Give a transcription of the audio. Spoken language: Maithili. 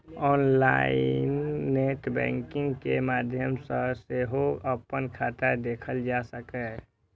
ऑनलाइन नेट बैंकिंग के माध्यम सं सेहो अपन खाता देखल जा सकैए